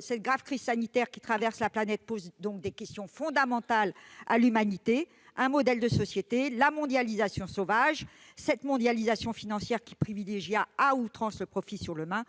cette grave crise sanitaire qui traverse la planète pose des questions fondamentales à l'humanité. La mondialisation sauvage, cette mondialisation financière qui privilégie à outrance le profit sur l'humain,